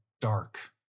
dark